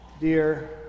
Dear